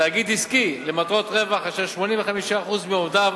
תאגיד עסקי למטרות רווח, אשר 85% מעובדיו